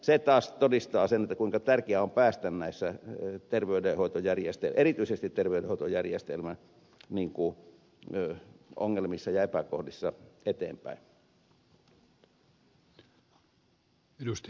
se taas todistaa sen kuinka tärkeää on päästä erityisesti terveydenhoidon tietojärjestelmien ongelmissa ja epäkohdissa eteenpäin